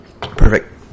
Perfect